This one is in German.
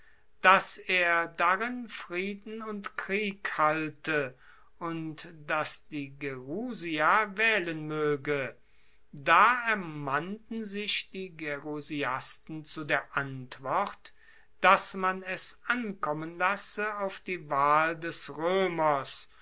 dass er darin frieden und krieg halte und dass die gerusia waehlen moege da ermannten sich die gerusiasten zu der antwort dass man es ankommen lasse auf die wahl des roemers